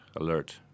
alert